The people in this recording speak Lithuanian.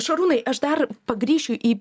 šarūnai aš dar pagrįšiu į